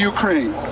Ukraine